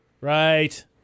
Right